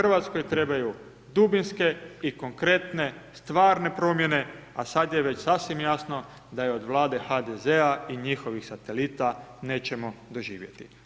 RH-oj trebaju dubinske i konkretne, stvarne promjene, a sad je već sasvim jasno da je od Vlade HDZ-a i njihovih satelita nećemo doživjeti.